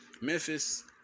Memphis